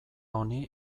honi